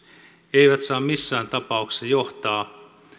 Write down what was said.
eivät saa missään tapauksessa johtaa